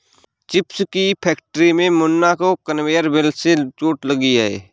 chips की factory में मुन्ना को कन्वेयर बेल्ट से चोट लगी है